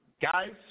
guys